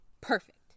perfect